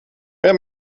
wer